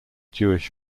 jewish